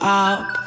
up